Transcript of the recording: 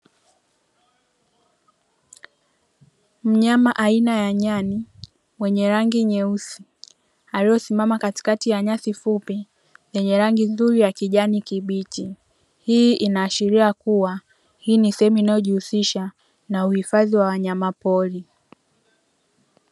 Mnyama aina ya nyani mwenye rangi nyeusi, aliyesimama katikati ya nyasi fupi zenye rangi nzuri ya kijani kibichi. Hii inaashiria kuwa hii ni sehemu inayojihusisha na uhifadhi wa wanyama pori.